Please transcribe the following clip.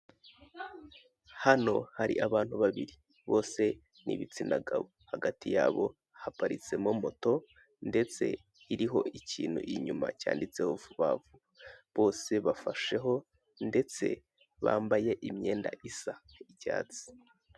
Hano hari abantu babiri bose ni ibitsina gabo, hagati yabo haparitsemo moto ndetse iriho ikintu inyuma cyanditseho vuba vuba, bose bafasheho ndetse bambaye imyenda isa icyatsi.